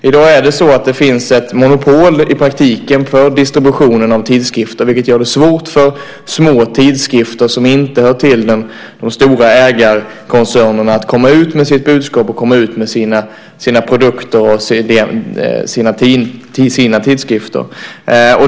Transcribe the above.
I dag finns det i praktiken ett monopol för distributionen av tidskrifter vilket gör det svårt för små tidskrifter som inte hör till de stora ägarkoncernerna att komma ut med sitt budskap, sina produkter och sina tidskrifter.